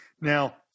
Now